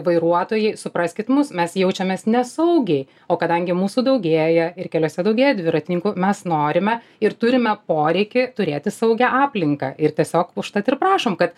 vairuotojai supraskit mus mes jaučiamės nesaugiai o kadangi mūsų daugėja ir keliuose daugėja dviratininkų mes norime ir turime poreikį turėti saugią aplinką ir tiesiog užtat ir prašom kad